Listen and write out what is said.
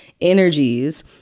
energies